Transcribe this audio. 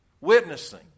witnessing